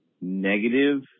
negative